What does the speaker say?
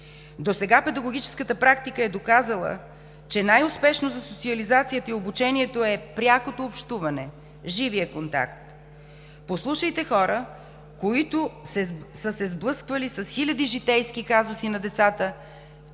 Досега педагогическата практика е доказала, че най-успешно за социализацията и обучението е прякото общуване, живият контакт. Послушайте хора, които са се сблъсквали с хиляди житейски казуси на децата,